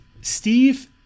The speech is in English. Steve